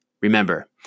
Remember